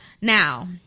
now